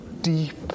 deep